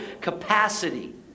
capacity